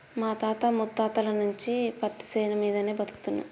మా తాత ముత్తాతల నుంచి పత్తిశేను మీదనే బతుకుతున్నం